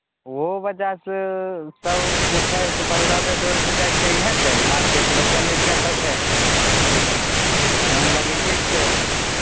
ओहो वजहसे सब जे छै से बगरहबे डोर जै छै इएह ने दैके मारकेट लोकल एरिआ पकड़ै हइ तऽ जाम लगैएके छै वहाँ